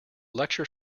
lecture